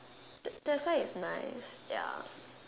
that that's why it's nice ya